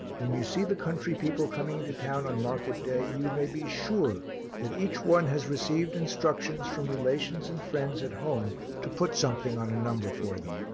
when you see the country people coming into town on market day you may be sure that each one has received instructions from relations and friends at home to put something on a number for them.